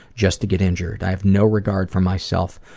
just to get injured. i have no regard for myself.